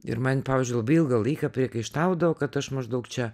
ir man pavyzdžiui labai ilgą laiką priekaištaudavo kad aš maždaug čia